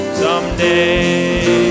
someday